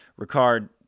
Ricard